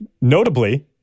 notably